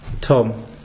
Tom